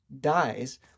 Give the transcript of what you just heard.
dies